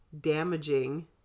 damaging